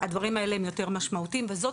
הדברים האלה הם יותר משמעותיים וזאת,